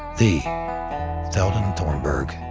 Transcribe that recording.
the theldon thornburg.